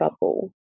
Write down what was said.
bubble